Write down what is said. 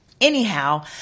Anyhow